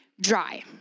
dry